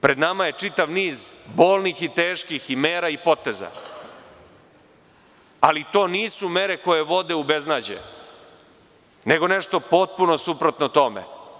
Pred nama je čitav niz bolnih i teških i mera i poteza, ali to nisu mere koje vode u beznađe, nego nešto potpuno suprotno tome.